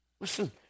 Listen